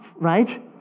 Right